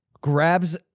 grabs